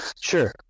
Sure